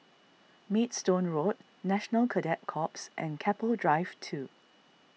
Maidstone Road National Cadet Corps and Keppel Drive two